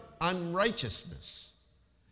unrighteousness